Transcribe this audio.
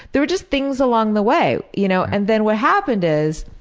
there were just things along the way, you know. and then what happened is